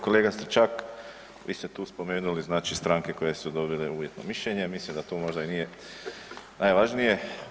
Kolega Stričak, vi ste tu spomenuli znači strane koje su dobile uvjetno mišljenje, mislim da to možda i nije najvažnije.